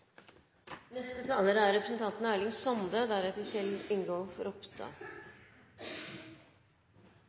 Neste taler er representanten